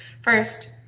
First